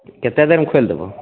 केतेक देरमे खोलि देबहो